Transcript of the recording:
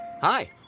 Hi